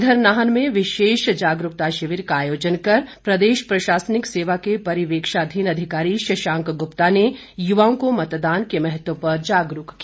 इधर नाहन में विशेष जागरूकता शिविर का आयोजन कर प्रदेश प्रशासनिक सेवा के परीवीक्षाधीन अधिकारी शशांक गुप्ता ने युवाओं को मतदान के महत्व पर जागरूक किया